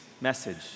message